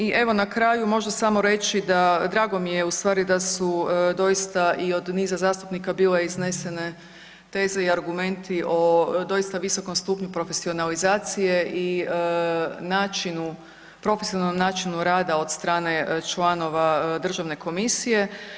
I evo na kraju možda samo reći da drago mi je ustvari da su doista i od niza zastupnika bile iznesene teze i argumenti o doista visokom stupnju profesionalizacije i načinu profesionalnom načinu rada od strane članova državne komisije.